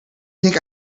think